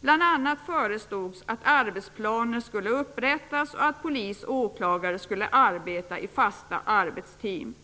Bl.a. förslogs att arbetsplaner skulle upprättas och att polis och åklagare skulle arbeta i fasta arbetsteam.